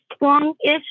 long-ish